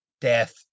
death